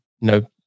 no